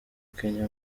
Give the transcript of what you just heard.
kenya